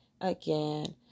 again